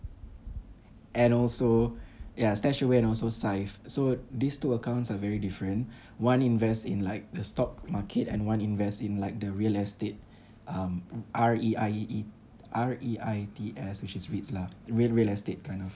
and also ya Stashaway and also Syfe so these two accounts are very different one invest in like the stock market and one invest in like the real estate um R E I E R E I T S which is REITs lah real real estate kind of